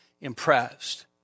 impressed